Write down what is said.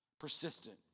persistent